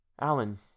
Alan